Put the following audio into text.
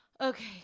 Okay